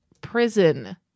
Prison